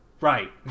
right